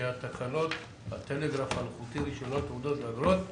תקנות הטלגרף האלחוטי (רישיונות, תעודות ואגרות)